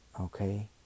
Okay